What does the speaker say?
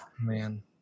Man